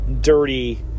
dirty